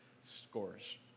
scores